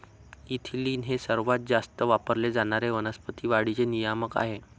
ethylene हे सर्वात जास्त वापरले जाणारे वनस्पती वाढीचे नियामक आहे